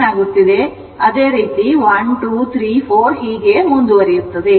ಅದೇ ರೀತಿ 1 2 3 4 ಹೀಗೆ ಮುಂದುವರಿಯುತ್ತದೆ